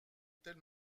telle